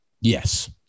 Yes